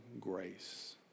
grace